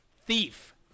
thief